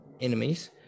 enemies